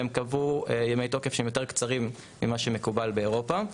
והם קבעו ימי תוקף שהם יותר קצרים ממה שמקובל באירופה.